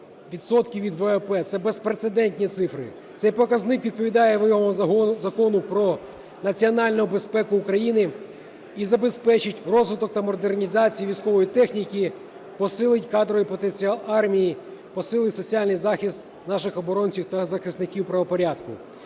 відсотка від ВВП. Це безпрецедентні цифри. Цей показник відповідає вимогам Закону "Про національну безпеку України" і забезпечить розвиток та модернізацію військової техніки, посилить кадровий потенціал армії, посилить соціальний захист наших оборонців та захисників правопорядку.